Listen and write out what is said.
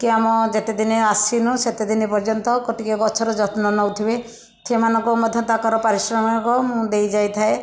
ଟିକେ ଆମ ଯେତେଦିନ ଆସିନୁ ସେତେଦିନ ପର୍ଯ୍ୟନ୍ତ ଟିକେ ଗଛ ର ଯତ୍ନ ନଉଥିବେ ସେମାନଙ୍କୁ ମଧ୍ୟ ତାଙ୍କର ପାରିଶ୍ରମକ ମୁଁ ଦେଇ ଯାଇଥାଏ